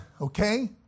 okay